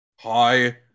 Hi